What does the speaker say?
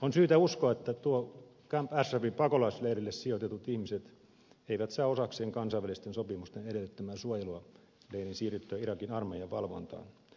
on syytä uskoa että nuo camp ashrafin pakolaisleirille sijoitetut ihmiset eivät saa osakseen kansainvälisten sopimusten edellyttämää suojelua leirin siirryttyä irakin armeijan valvontaan